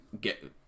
get